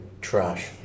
trash